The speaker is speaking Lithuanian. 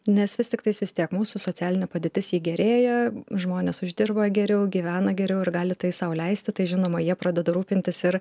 nes vis tiktai vis tiek tiek mūsų socialinė padėtis ji gerėja žmonės uždirba geriau gyvena geriau ir gali tai sau leisti tai žinoma jie pradeda rūpintis ir